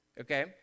Okay